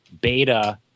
beta